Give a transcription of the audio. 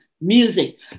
music